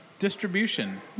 Distribution